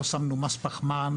לא שמנו מס פחמן,